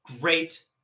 great